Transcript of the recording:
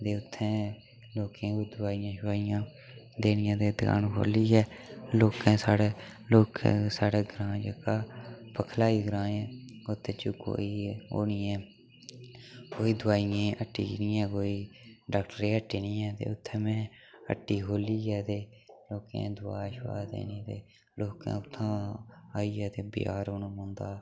उ'त्थें लोकें कोई दवाइयां शवाइयां देनियां ते दुकान खोह्लियै लोकें साढ़े लोकें साढ़े ग्रांऽ जेह्का पखलाई ग्रांऽ ऐ उत्त च कोई ओह् निं ऐ कोई दवाइयें दी हट्टी निं ऐ कोई डॉक्टरें दी हट्टी निं ऐ ते उ'त्थें में हट्टी खोह्लियै ते लोकें दी दवा शवा देनी ते लोकें उ'त्थां दा आइयै ते बजार औना पौंदा